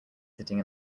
sitting